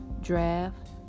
draft